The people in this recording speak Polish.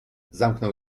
zamknął